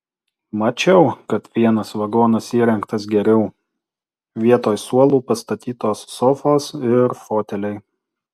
mačiau kad vienas vagonas įrengtas geriau vietoj suolų pastatytos sofos ir foteliai